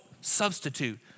substitute